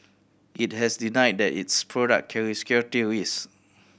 it has denied that its product carry security risk